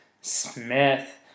Smith